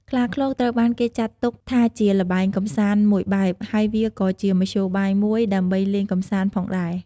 ខ្លាឃ្លោកត្រូវបានគេចាត់ទុកថាជាល្បែងកំសាន្តមួយបែប ហើយវាក៏ជាមធ្យោបាយមួយដើម្បីលេងកំសាន្តផងដែរ។